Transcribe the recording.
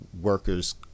workers